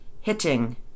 hitting